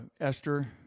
Esther